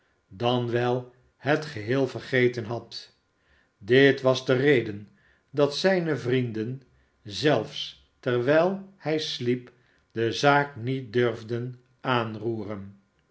dan wel het geheel vergeten had dit was de reden dat zijne vrienden zelfs terwijl hij sliep de zaak niet durfden aanroeren